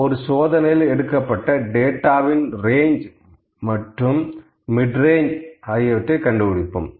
ஒரு சோதனையில் எடுக்கப்பட்ட டேட்டாவின் ரேஞ்ச் மற்றும் மிட்ரேஞ்ச் கண்டுபிடிப்போம்